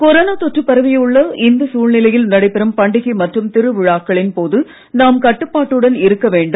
corona தொற்று பரவியுள்ள இந்த சூழ்நிலையில் நடைபெறும் பண்டிகை மற்றும் திருவிழாக்களின் போது நாம் கட்டுப்பாட்டுடன் இருக்க வேண்டும்